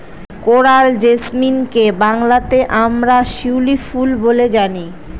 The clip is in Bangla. কোরাল জেসমিনকে বাংলাতে আমরা শিউলি ফুল বলে জানি